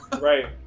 right